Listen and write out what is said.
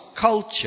culture